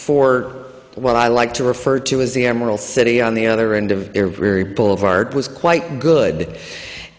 for what i like to refer to as the emerald city on the other end of their very boulevard was quite the good